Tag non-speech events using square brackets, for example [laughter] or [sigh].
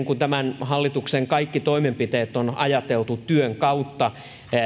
[unintelligible] kuin tämän hallituksen kaikki toimenpiteet on ajateltu työn kautta